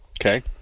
Okay